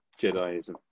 Jediism